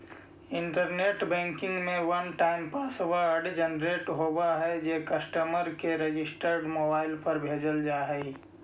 internet banking में one time password generate होवऽ हइ जे कस्टमर के रजिस्टर्ड मोबाइल पर भेजल जा हइ